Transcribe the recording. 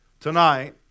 tonight